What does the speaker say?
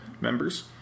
members